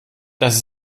dass